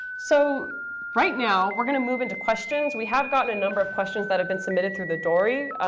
so right now, we're going to move into questions. we have gotten a number of questions that have been submitted through the dory.